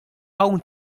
hawn